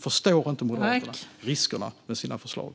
Förstår inte Moderaterna riskerna med sina förslag?